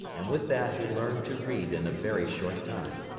and with that he learned to read in a very short time.